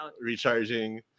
recharging